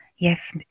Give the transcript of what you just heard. Yes